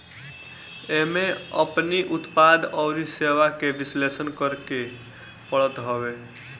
एमे अपनी उत्पाद अउरी सेवा के विश्लेषण करेके पड़त हवे